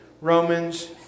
Romans